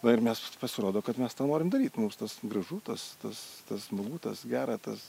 na ir mes pasirodo kad mes tą norim daryt mums tas gražu tas tas tas smagu tas gera tas